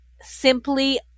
simply